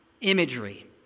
imagery